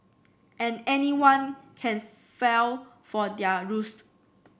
and anyone can fell for their ruse